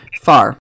far